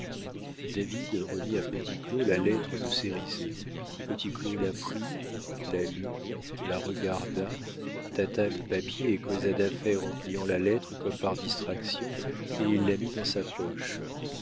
david remit à petit claud la lettre de cérizet petit claud la prit la lut la regarda tâta le papier et causa d'affaires en pliant la lettre comme par distraction et il la mit dans sa poche